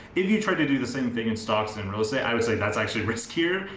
if you try to do the same thing in stocks and real estate, i would say that's actually riskier,